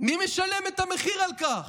מי משלם את המחיר על כך?